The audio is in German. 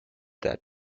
der